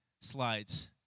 slides